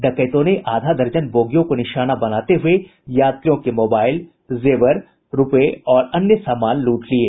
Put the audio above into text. डकैतों ने आधा दर्जन बोगियों को निशाना बनाते हुए यात्रियों के मोबाईल रूपये और अन्य सामान लूट लिये